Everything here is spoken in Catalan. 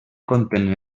contenen